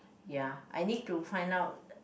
ya I need to find out